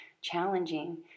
challenging